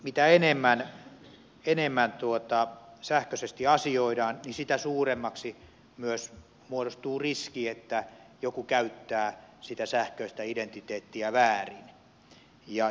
mitä enemmän sähköisesti asioidaan sitä suuremmaksi myös muodostuu riski että joku käyttää sähköistä identiteettiä väärin